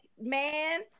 man